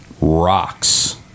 rocks